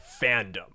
fandom